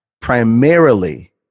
primarily